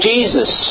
Jesus